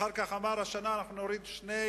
אחר כך הוא אמר: השנה נוריד 2%,